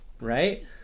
right